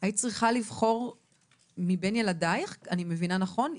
היית צריכה לבחור מבין ילדייך, אני מבינה נכון?